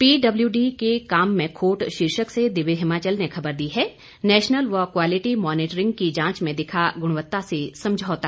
PWD के काम में खोट शीर्षक से दिव्य हिमाचल ने खबर दी है नेशनल व क्वालिटी मॉनिटरिंग की जांच में दिखा गुणवत्ता से समझौता